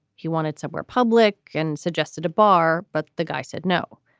he wanted somewhere public and suggested a bar. but the guy said no.